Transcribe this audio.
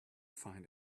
find